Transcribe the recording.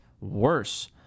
worse